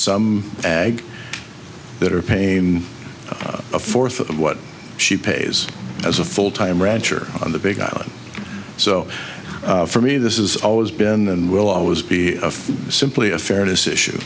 some ag that are a pain a fourth of what she pays as a full time rancher on the big island so for me this is always been and will always be a simply a fairness issue